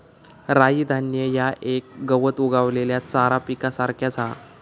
राई धान्य ह्या एक गवत उगवलेल्या चारा पिकासारख्याच हा